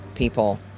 people